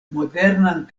modernan